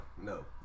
No